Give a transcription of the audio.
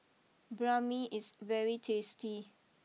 Banh Mi is very tasty